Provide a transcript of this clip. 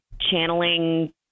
channeling